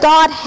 God